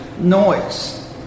noise